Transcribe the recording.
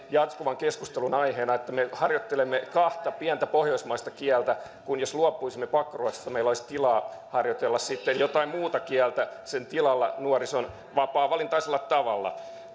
jatkuvan keskustelun aiheena me harjoittelemme kahta pientä pohjoismaista kieltä mutta jos luopuisimme pakkoruotsista meillä olisi tilaa harjoitella jotain muuta kieltä sen tilalla nuorison vapaavalintaisella tavalla